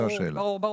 ברור.